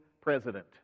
president